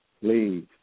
Please